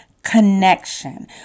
Connection